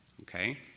Okay